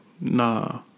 Nah